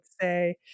say